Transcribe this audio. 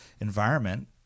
environment